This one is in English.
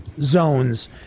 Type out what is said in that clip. zones